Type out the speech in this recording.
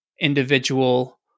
individual